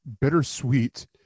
bittersweet